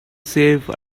safe